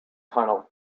tunnel